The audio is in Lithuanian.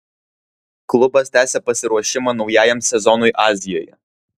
klubas tęsia pasiruošimą naujajam sezonui azijoje